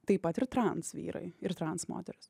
taip pat ir transvyrai ir transmoterys